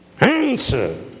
Answer